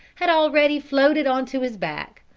had already floated on to his back,